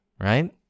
right